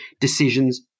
decisions